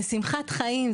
לשמחת חיים,